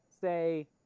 say